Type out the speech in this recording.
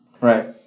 Right